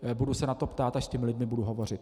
Budu se na to ptát, až s těmi lidmi budu hovořit.